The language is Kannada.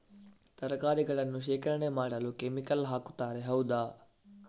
ತರಕಾರಿಗಳನ್ನು ಶೇಖರಣೆ ಮಾಡಲು ಕೆಮಿಕಲ್ ಹಾಕುತಾರೆ ಹೌದ?